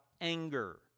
anger